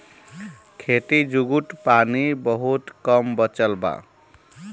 खेती जुगुत पानी बहुत कम बचल बा